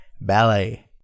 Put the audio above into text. ballet